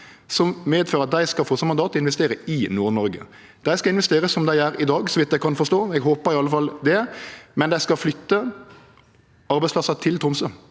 som medfører at dei skal få som mandat å investere i Nord-Noreg. Dei skal investere som dei gjer i dag, så vidt eg kan forstå. Eg håpar i alle fall det, men dei skal flytte arbeidsplassar frå